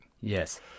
Yes